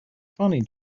funny